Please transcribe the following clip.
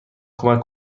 کمک